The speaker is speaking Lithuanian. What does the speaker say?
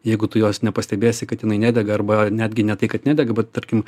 jeigu tu jos nepastebėsi kad jinai nedega arba netgi ne tai kad nedega bet tarkim